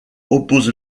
oppose